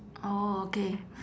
orh okay